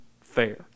fair